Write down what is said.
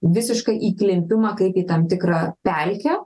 visiškai įklimpimą kaip tam tikrą pelkę